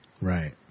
Right